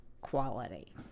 quality